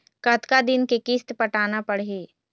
कतका दिन के किस्त पटाना पड़ही?